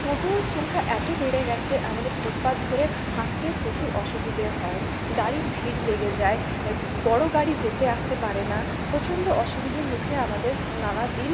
টোটোর সংখ্যা এতো বেড়ে গেছে আমাদের ফুটপাথ ধরে হাঁটতেও প্রচুর অসুবিধে হয় গাড়ির ভিড় লেগে যায় এ বড়ো গাড়ি যেতে আসতে পারে না প্রচণ্ড অসুবিধের মুখে আমাদের নানা দিন